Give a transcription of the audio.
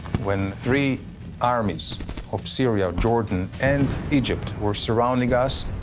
when three armies of syria, jordan, and egypt, were surrounding us,